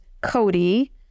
Cody